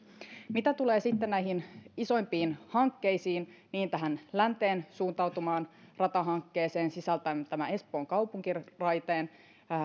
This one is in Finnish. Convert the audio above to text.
mitä tulee sitten näihin isoimpiin hankkeisiin tähän länteen suuntautuvaan ratahankkeeseen sisältäen espoon kaupunkiraiteen